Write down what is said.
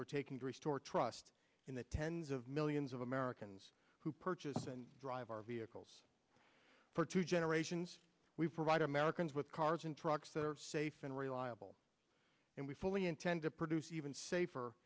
were taken to restore trust in the tens of millions of americans who purchase and drive our vehicles for two generations we provide americans with cars and trucks that are safe and reliable and we fully intend to produce even safer